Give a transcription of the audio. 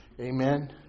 Amen